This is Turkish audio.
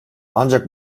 ancak